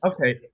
Okay